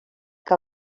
que